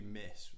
miss